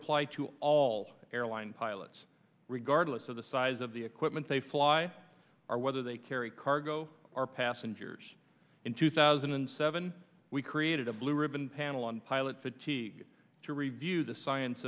apply to all airline pilots regardless of the size of the equipment they fly or whether they carry cargo or passengers in two thousand and seven we created a blue ribbon panel on pilot fatigue to review the science